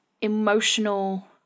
emotional